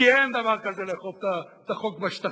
כי אין דבר כזה לאכוף את החוק בשטחים,